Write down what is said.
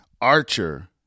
archer